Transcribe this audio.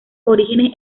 orígenes